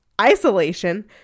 isolation